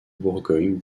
bourgogne